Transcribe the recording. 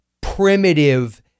primitive